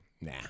nah